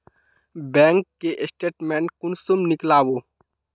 Bank के statement कुंसम नीकलावो?